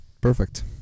Perfect